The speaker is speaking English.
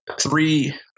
three